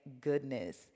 goodness